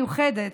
המיוחדת,